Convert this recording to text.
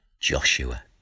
Joshua